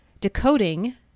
decoding